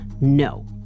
No